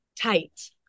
tight